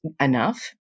enough